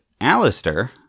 Alistair